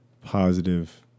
positive